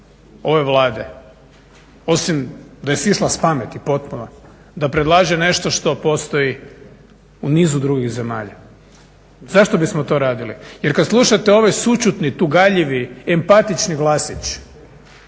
ove Vlade osim da je sišla s pameti potpuno da predlaže nešto što postoji u nizu drugih zemalja. Zašto bismo to radili? Jer kad slušate ovaj sućutni, tugaljivi, empatični glasić